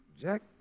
Jack